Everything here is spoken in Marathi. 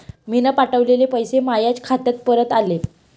मीन पावठवलेले पैसे मायाच खात्यात परत आले